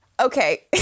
Okay